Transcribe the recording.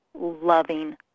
loving